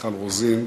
מיכל רוזין,